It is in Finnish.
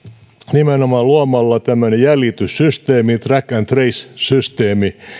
nimenomaan luomalla tämmöinen jäljityssysteemi track and trace systeemi